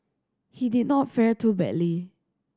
he did not fare too badly